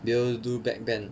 be able to do backbend